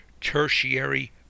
tertiary